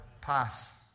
pass